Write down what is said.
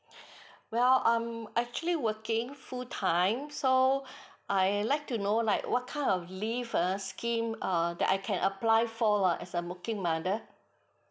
well I'm actually working full time so I like to know like what kind of leave err scheme err that I can apply for err as a working mother